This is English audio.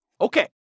Okay